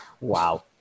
Wow